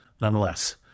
Nonetheless